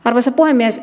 arvoisa puhemies